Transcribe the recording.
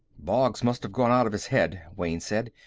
boggs must have gone out of his head, wayne said.